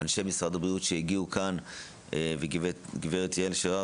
אנשי משרד הבריאות שהגיעו לכאן והגב' יעל שרר